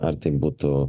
ar tai būtų